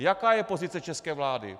Jaká je pozice české vlády?